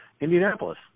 Indianapolis